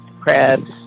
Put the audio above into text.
crabs